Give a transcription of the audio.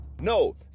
No